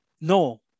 No